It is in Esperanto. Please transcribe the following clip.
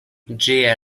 ĝia